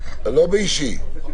הייתה התנהלות של תקש"חים,